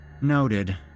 Noted